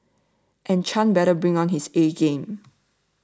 and Chan better bring on his A game